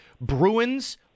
Bruins